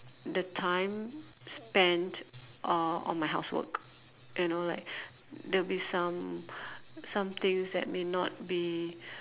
the time spent on on my housework you know like there'll be some some things that may not be